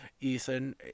Ethan